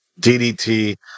DDT